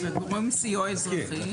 וגורם סיוע אזרחי?